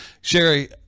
Sherry